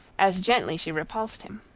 as gently she repulsed him.